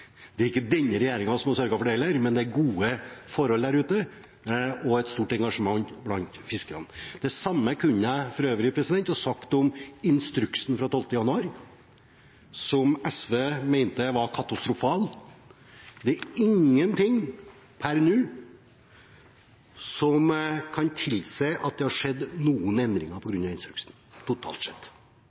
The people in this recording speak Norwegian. Det er ikke denne regjeringen som har sørget for det heller, men det er gode forhold der ute og et stort engasjement blant fiskerne. Det samme kunne jeg for øvrig ha sagt om instruksen fra 12. januar, som SV mente var katastrofal. Det er ingenting per nå som skulle tilsi at det har skjedd noen endringer på grunn av instruksen totalt sett.